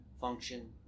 function